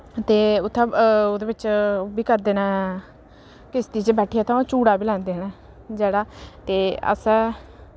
ते उत्थै ओह्दे बिच्च ओह् बी करदे न किश्ती च बैठियै ओह् उत्थै झूटा बी लैंदे न जेह्ड़ा ते अस